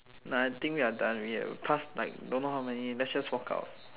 nah I think we are done already right we pass like don't know how many let's just walk out